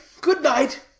good-night